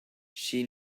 she